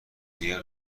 میگه